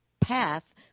path